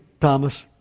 Thomas